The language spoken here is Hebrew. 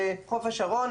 חוף השרון,